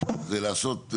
זה לעשות,